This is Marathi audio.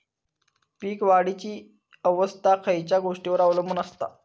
पीक वाढीची अवस्था खयच्या गोष्टींवर अवलंबून असता?